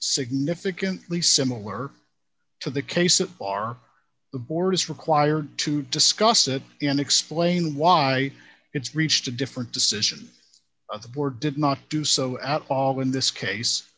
significantly similar to the case that bar the board is required to discuss it and explain why it's reached a different decision of the board did not do so at all in this case